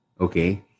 okay